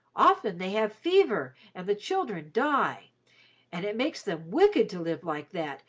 often they have fever, and the children die and it makes them wicked to live like that,